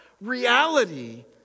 reality